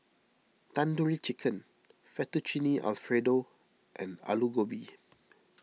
Tandoori Chicken Fettuccine Alfredo and Alu Gobi